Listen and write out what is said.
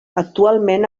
actualment